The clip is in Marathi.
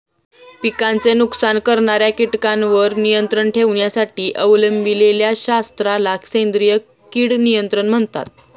पिकांचे नुकसान करणाऱ्या कीटकांवर नियंत्रण ठेवण्यासाठी अवलंबिलेल्या शास्त्राला सेंद्रिय कीड नियंत्रण म्हणतात